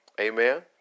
Amen